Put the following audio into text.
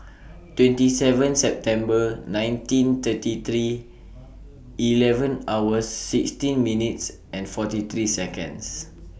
twenty seven September nineteen thirty three eleven hour sixteen minutes and forty three Seconds